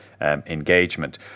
engagement